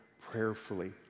prayerfully